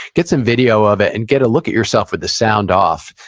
get some video of it, and get a look at yourself with the sound off,